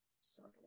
Sorry